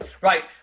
Right